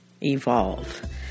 Evolve